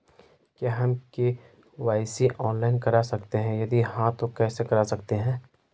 क्या हम KYC online करा सकते हैं यदि हाँ तो कैसे करा सकते हैं?